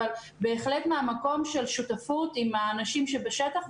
אבל בהחלט מהמקום של שותפות עם האנשים שבשטח,